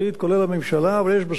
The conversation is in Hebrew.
אבל יש בסוף מי שעוצר את הדברים.